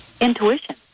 intuition